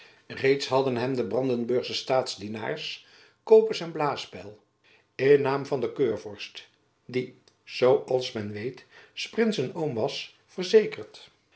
reeds hadden hem de brandenburgsche staatsdienaars copes en blaespeil in naam van den keurvorst die zoo als men weet s prinsen oom was